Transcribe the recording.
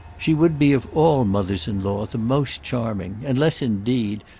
she would be of all mothers-in-law the most charming unless indeed,